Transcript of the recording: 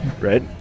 right